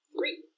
Three